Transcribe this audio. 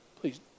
please